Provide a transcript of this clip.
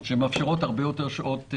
שמאפשרות הרבה יותר שעות.